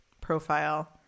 profile